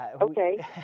okay